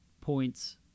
points